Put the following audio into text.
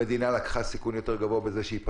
המדינה לקחה סיכון יותר גבוה בזה שהיא פתחה,